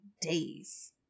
days